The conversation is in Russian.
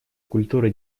культуры